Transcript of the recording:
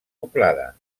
poblada